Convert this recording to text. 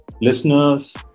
listeners